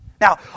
Now